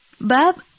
Bab